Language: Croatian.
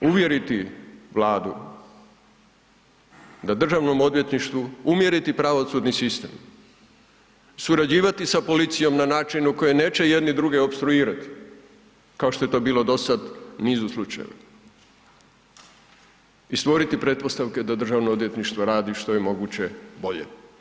I istovremeno, uvjeriti Vladu da državnom odvjetništvu, uvjeriti pravosudni sistem, surađivati s policijom na načinu koji neće jedni druge opstruirati kao što je to bilo dosad u nizu slučajeva i stvoriti pretpostavke da Državno odvjetništvo radi što je moguće bolje.